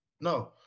No